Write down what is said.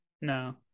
No